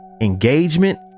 Engagement